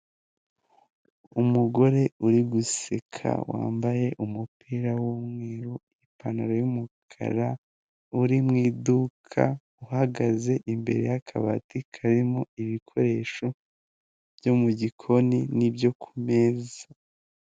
Umugore uri guseka wambaye umupira w'umweru ipantaro y'umukara uri mu iduka uhagaze imbere yakabati karimo ibikoresho byo mu gikoni n'ibyo kumeza.